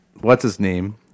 what's-his-name